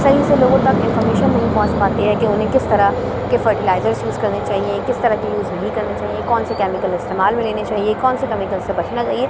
صحیح سے لوگوں تک انفارمیشن نہیں پہنچ پاتی ہے کہ اُنہیں کس طرح کی فرٹیلائزرس یوز کرنے چاہیے کس طرح کی یوز نہیں کرنے چاہیے کون سی کیمیکل استعمال میں لینے چاہیے کون سے کیمیکل سے بچنا چاہیے